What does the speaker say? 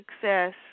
success